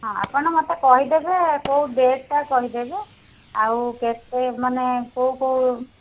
ହଁ ଆପଣ ମୋତେ କହିଦେବେ କେଉଁ ଡେଟ୍ଟା କହିଦେବେ ଆଉ କେତେ ମାନେ କେଉଁ କେଉଁ